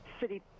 city